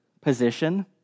position